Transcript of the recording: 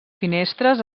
finestres